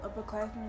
upperclassmen